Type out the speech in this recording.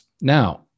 Now